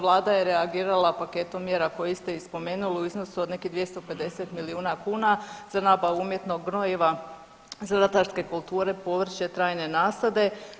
Vlada je reagirala paketom mjera koje ste i spomenuli u iznosu od nekih 250 milijuna kuna za nabavu umjetnog gnojiva za ratarske kulture, povrće, trajne nasade.